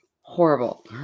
horrible